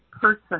person